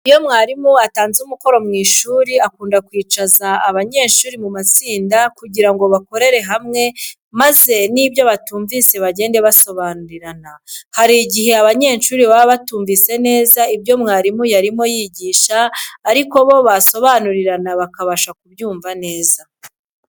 Iyo mwarimu atanze umukoro mu ishuri akunda kwicaza banyeshuri mu matsinda kugira ngo bakorere hamwe maze n'ibyo batumvise bagende basobanurirana. Hari igihe abanyeshuri baba batumvise neza ibyo mwarimu yarimo yigisha ariko bo basobanurirana bakabasha kubyumva neza.